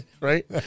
Right